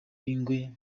b’ingwe